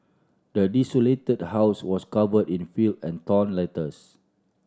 the desolated house was covered in filth and torn letters